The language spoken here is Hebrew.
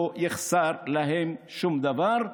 לא יחסר להם שום דבר,